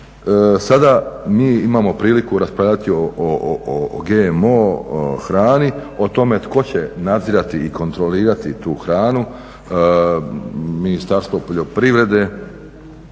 sada mi imamo priliku raspravljati o GMO hrani, o tome tko će nadzirati i kontrolirati tu hranu, Ministarstvo poljoprivrede